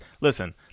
listen